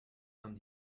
vingt